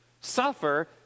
suffer